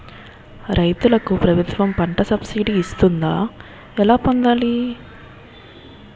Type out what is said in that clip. రైతులకు ప్రభుత్వం పంట సబ్సిడీ ఇస్తుందా? ఎలా పొందాలి?